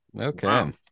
Okay